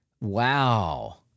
Wow